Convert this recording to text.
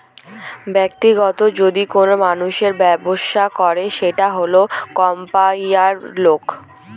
ব্যাক্তিগত যদি কোনো মানুষ ব্যবসা করে সেটা হল কমার্সিয়াল লোন